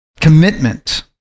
commitment